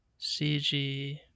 CG